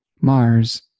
Mars